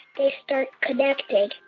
they start connecting.